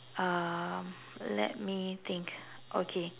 um let me think okay